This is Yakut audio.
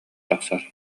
тахсар